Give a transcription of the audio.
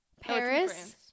Paris